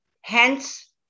Hence